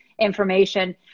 information